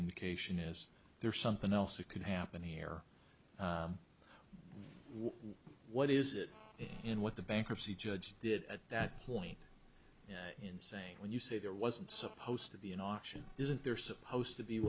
indication is there something else that could happen here what is it in what the bankruptcy judge did at that point in saying when you say there wasn't supposed to be an option isn't there supposed to be